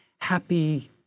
happy